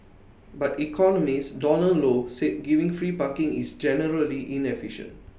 but economist Donald low said giving free parking is generally inefficient